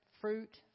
fruit